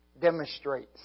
demonstrates